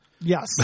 Yes